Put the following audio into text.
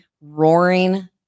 roaring